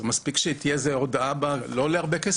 מספיק שתהיה איזו הודעה בטלוויזיה,